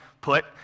put